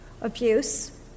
Abuse